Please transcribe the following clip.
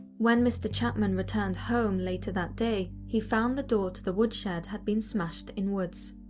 when mr chapman returned home later that day, he found the door to the woodshed had been smashed inwards.